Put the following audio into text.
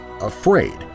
afraid